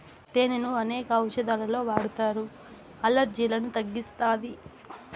తేనెను అనేక ఔషదాలలో వాడతారు, అలర్జీలను తగ్గిస్తాది